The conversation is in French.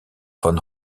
von